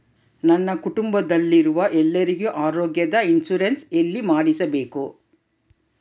ನನ್ನ ಕುಟುಂಬದಲ್ಲಿರುವ ಎಲ್ಲರಿಗೂ ಆರೋಗ್ಯದ ಇನ್ಶೂರೆನ್ಸ್ ಎಲ್ಲಿ ಮಾಡಿಸಬೇಕು?